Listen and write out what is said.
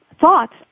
thoughts